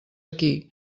aquí